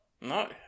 no